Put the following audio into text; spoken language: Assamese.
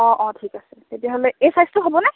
অঁ অঁ ঠিক আছে তেতিয়াহ'লে এই চাইজটো হ'বনে